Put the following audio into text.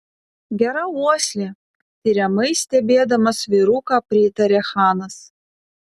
gera uoslė tiriamai stebėdamas vyruką pritarė chanas